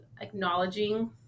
acknowledging